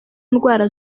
ndwara